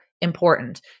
important